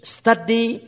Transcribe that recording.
study